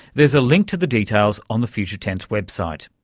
there's a link to the details on the future tense website.